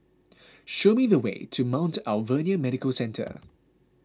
show me the way to Mount Alvernia Medical Centre